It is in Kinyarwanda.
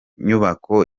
nyubako